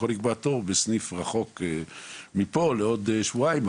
בסניף רחוק מפה לעוד שבועיים,